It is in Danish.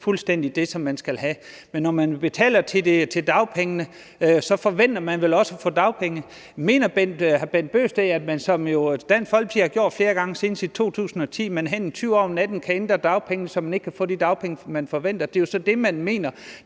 fuldstændig det, som man skal have. Men når man betaler til dagpengene, forventer man vel også at få dagpenge. Mener hr. Bent Bøgsted, at man, som Dansk Folkeparti jo har gjort flere gange, senest i 2010, som en tyv om natten kan ændre dagpengene, så du ikke kan få de dagpenge, du forventer? Det er jo så det, man mener.